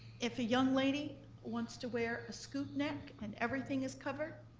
if a young lady wants to wear a scoop neck and everything is covered,